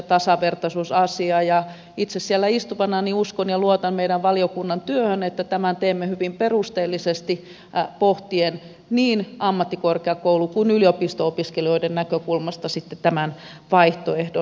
ja itse siellä istuvana uskon ja luotan meidän valiokunnan työhön että tämän teemme hyvin perusteellisesti pohtien niin ammattikorkeakoulu kuin yliopisto opiskelijoiden näkökulmasta sitten tämän vaihtoehdon